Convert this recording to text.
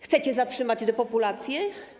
Chcecie zatrzymać depopulację?